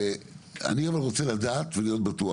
אני, אבל, רוצה לדעת ולהיות בטוח.